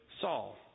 Saul